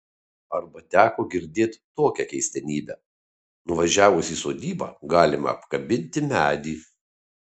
arba teko girdėt tokią keistenybę nuvažiavus į sodybą galima apkabinti medį